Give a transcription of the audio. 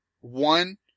One